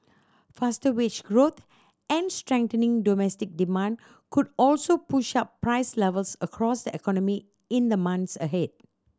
faster wage growth and strengthening domestic demand could also push up price levels across the economy in the month ahead